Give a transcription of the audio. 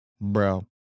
Bro